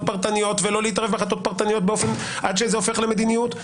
פרטניות ולא להתערב בהחלטות פרטניות עד שזה הופך למדיניות,